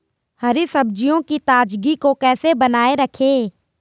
हरी सब्जियों की ताजगी को कैसे बनाये रखें?